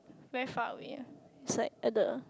very far away ah it's like at the